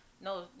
No